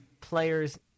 players